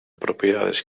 propiedades